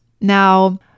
Now